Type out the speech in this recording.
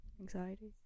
anxiety